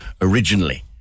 originally